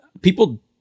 people